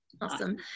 Awesome